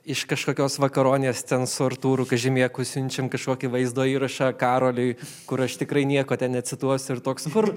iš kažkokios vakaronės ten su artūru kažemėku siunčiam kažkokį vaizdo įrašą karoliui kur aš tikrai nieko ten necituosiu ir toks kur